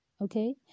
Okay